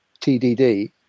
TDD